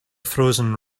frozen